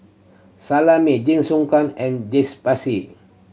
Salami Jingisukan and